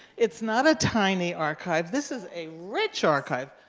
it's not a tiny archive, this is a rich archive.